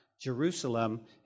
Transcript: Jerusalem